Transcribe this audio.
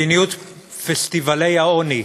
מדיניות פסטיבלי העוני.